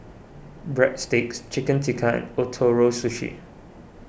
Breadsticks Chicken Tikka and Ootoro Sushi